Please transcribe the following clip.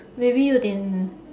maybe 有点